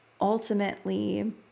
ultimately